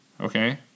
okay